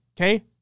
okay